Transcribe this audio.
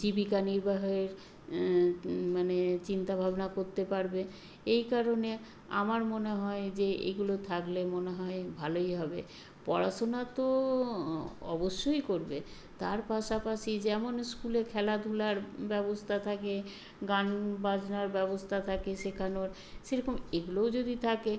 জীবিকা নির্বাহের মানে চিন্তা ভাবনা করতে পারবে এই কারণে আমার মনে হয় যে এগুলো থাকলে মনে হয় ভালোই হবে পড়াশোনা তো অবশ্যই করবে তার পাশাপাশি যেমন স্কুলে খেলাধুলার ব্যবস্থা থাকে গান বাজনার ব্যবস্থা থাকে শেখানোর সেরকম এগুলোও যদি থাকে